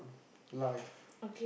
life